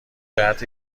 جهت